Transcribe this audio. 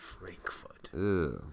Frankfurt